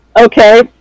okay